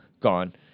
gone